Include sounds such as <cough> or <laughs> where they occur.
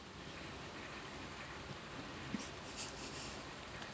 <laughs>